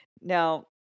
Now